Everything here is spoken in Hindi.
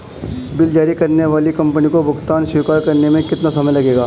बिल जारी करने वाली कंपनी को भुगतान स्वीकार करने में कितना समय लगेगा?